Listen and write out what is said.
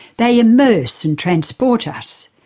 they immerse and transport us.